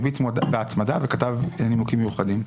וכתב נימוקים מיוחדים?